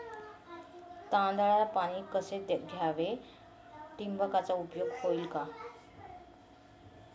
तांदळाला पाणी कसे द्यावे? ठिबकचा उपयोग होईल का?